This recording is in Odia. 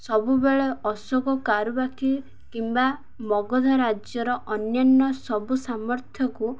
ସବୁବେଳେ ଅଶୋକ କାରୁବାକୀ କିମ୍ବା ମଗଧ ରାଜ୍ୟର ଅନ୍ୟାନ୍ୟ ସବୁ ସାମର୍ଥ୍ୟକୁ